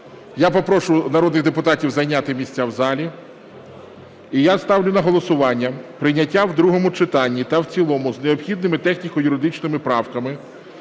Я попрошу народних депутатів зайняти місця в залі. І я ставлю на голосування прийняття в другому читанні та в цілому з необхідними техніко-юридичними правками